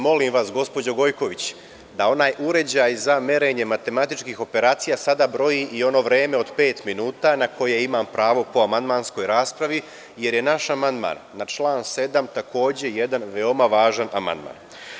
Molim vas, gospođo Gojković, da onaj uređaj za merenje matematičkih operacija sada broji i ono vreme od pet minuta, na koje imam pravo po amandmanskoj raspravi, jer je naš amandman na član 7. takođe jedan veoma važan amandman.